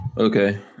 Okay